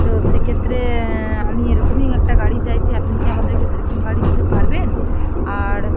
তো সেক্ষেত্রে আমি এরকমই একটা গাড়ি চাইছি আপনি কি আমাদেরকে সেরকম গাড়ি দিতে পারবেন আর